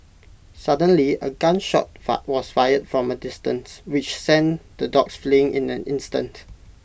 suddenly A gun shot was fired from A distance which sent the dogs fleeing in an instant